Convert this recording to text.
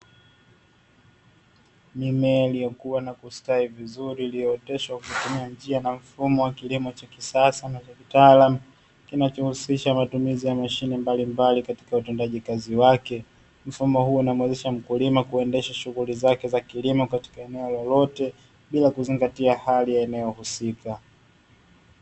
Mimea iliyokua na kustawi vizuri iliyooteshwa kwa kutumia njia na mfumo wa kilimo cha kisasa na cha kitaalamu kinachohusisha matumizi ya mashine mbalimbali katia utendaji kazi wake, mfumo huu unamuwezesha mkulima kuendesha shughuli zake za kilimo katika eneo lolote bila kuzingatia hali ya eneo husika.